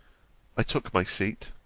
i took my seat.